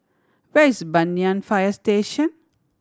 where is Banyan Fire Station